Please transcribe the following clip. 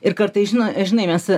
ir kartais žino žinai mes